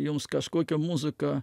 jums kažkokia muzika